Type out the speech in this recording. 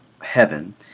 heaven